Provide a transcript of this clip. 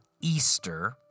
Easter